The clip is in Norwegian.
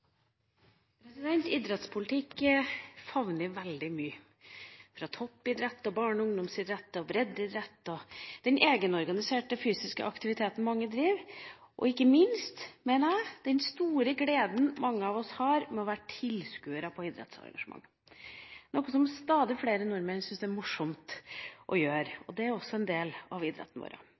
deres. Idrettspolitikk favner veldig mye – toppidrett og barne- og ungdomsidrett, breddeidrett og den egenorganiserte fysiske aktiviteten mange driver, og ikke minst, mener jeg, den store gleden mange av oss har av å være tilskuere på idrettsarrangement. Det er noe som stadig flere nordmenn syns det er morsomt å gjøre. Det er også en del av idretten